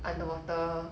underwater